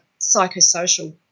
psychosocial